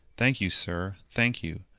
thank you, sir, thank you.